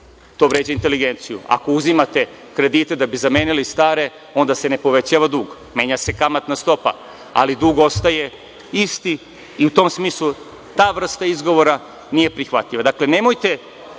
To vređa inteligenciju. Ako uzimate kredite da bi zamenili stare, onda se ne povećava dug, menja se kamatna stopa, ali dug ostaje isti i u tom smislu ta vrsta izgovora nije prihvatljiva.